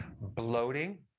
bloating